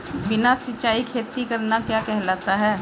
बिना सिंचाई खेती करना क्या कहलाता है?